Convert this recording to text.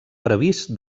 previst